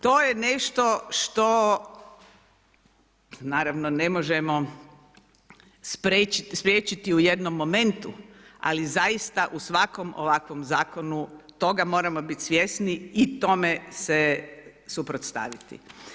To je nešto što naravno, ne možemo spriječiti u jednom momentu, ali zaista u svakom ovakvom zakonu tome moramo biti svjesni i tome se suprotstaviti.